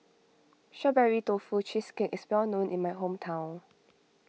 Strawberry Tofu Cheesecake is well known in my hometown